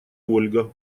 ольга